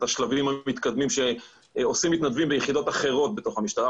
השלבים המתקדמים שעושים מתנדבים ביחידות אחרות בתוך המשטרה,